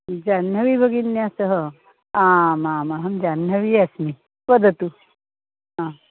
जाह्नवी भगिन्या सह आमामहं जाह्नवी अस्मि वदतु हा